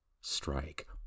strike